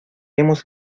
hemos